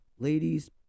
Ladies